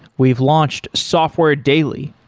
we've launched software daily,